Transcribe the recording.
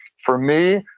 for me,